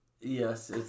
Yes